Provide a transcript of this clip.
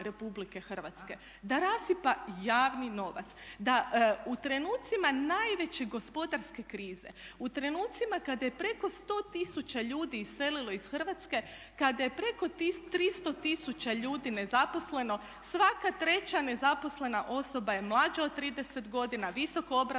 Hrvatske da rasipa javni novac, da u trenutcima najveće gospodarske krize, u trenutcima kada je preko 100 tisuća ljudi iselilo iz Hrvatske, kada je preko 300 tisuća ljudi nezaposleno svaka treća nezaposlena osoba je mlađa od 30 godina, visokoobrazovana